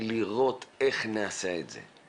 ולראות איך נעשה את זה.